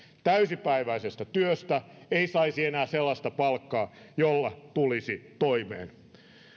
täysipäiväisestä työstä ei saisi enää sellaista palkkaa jolla tulisi toimeen